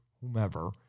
whomever